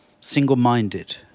single-minded